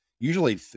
Usually